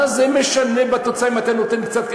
מה זה משנה בתוצאה אם אתה נותן קצת,